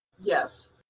Yes